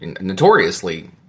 notoriously